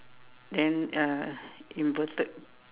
then uh inverted